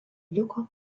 liko